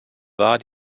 war